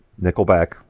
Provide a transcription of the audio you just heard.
Nickelback